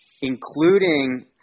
including